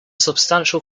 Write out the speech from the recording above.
substantial